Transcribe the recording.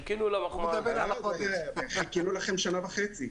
חיכינו לכם שנה וחצי.